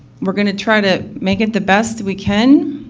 we're going to try to make it the best we can.